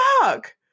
fuck